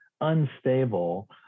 unstable